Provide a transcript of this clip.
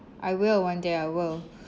I will one day I will